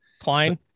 Klein